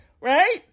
Right